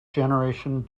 generation